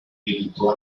militó